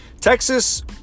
Texas